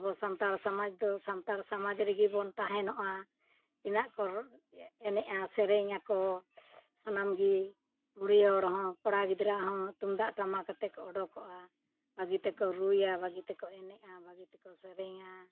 ᱟᱵᱚ ᱥᱟᱱᱛᱟᱲ ᱥᱚᱢᱟᱡᱽ ᱫᱚ ᱥᱟᱱᱛᱟᱲ ᱥᱚᱢᱟᱡᱽ ᱨᱮᱜᱮ ᱵᱚᱱ ᱛᱟᱦᱮᱱᱚᱜᱼᱟ ᱛᱤᱱᱟᱹᱜ ᱠᱚ ᱮᱱᱮᱡᱼᱟ ᱥᱮᱨᱮᱧ ᱟᱠᱚ ᱥᱟᱱᱟᱢ ᱜᱮ ᱦᱩᱲᱭᱟᱹᱲ ᱦᱚᱸ ᱠᱚᱲᱟ ᱜᱤᱫᱽᱨᱟᱹ ᱦᱚᱸ ᱛᱩᱢᱫᱟᱜ ᱴᱟᱢᱟᱠ ᱟᱛᱮᱠᱚ ᱚᱰᱚᱠᱚᱜᱼᱟ ᱵᱷᱟᱹᱜᱤ ᱛᱮᱠᱚ ᱨᱩᱭᱟ ᱵᱷᱟᱹᱜᱤ ᱛᱮᱠᱚ ᱮᱱᱮᱡᱼᱟ ᱵᱷᱹᱟᱜᱤ ᱛᱮᱠᱚ ᱥᱮᱨᱮᱧᱟ